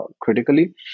critically